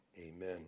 Amen